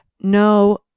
no